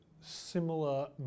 similar